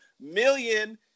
million